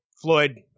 Floyd